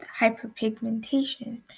hyperpigmentation